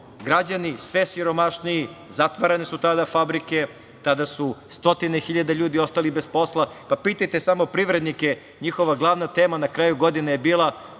građani sve siromašniji, zatvarane su tada fabrike, tada su 100.000 ljudi ostali bez posla. Pitajte samo privrednike, njihova glavna tema na kraju godine je bila